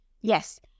Yes